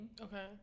Okay